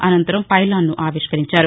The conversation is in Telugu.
అనంతరం పైలాన్ ను ఆవిష్కరించారు